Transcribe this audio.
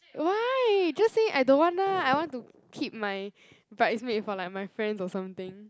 why just say I don't want lah I want to keep my bridesmaid for like my friends or something